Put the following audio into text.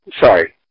Sorry